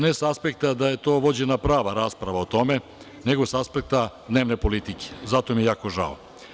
Ne sa aspekta da je vođena prava rasprava o tome, nego sa aspekta dnevne politike, zato mi je jako žao.